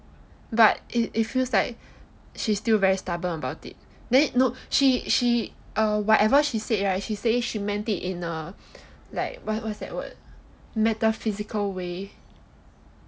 but it it feels like she's still very stubborn about it then no she she uh whatever she said right she say she meant it in a what's that word metaphysical way